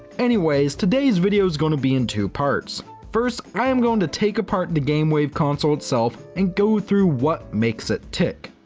anyways, today's video is going to be in two parts. first, i am going to take apart the game wave console itself and go through what makes it tick!